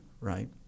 Right